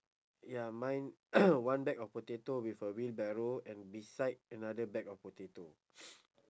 ya mine one bag of potato with a wheelbarrow and beside another bag of potato